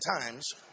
times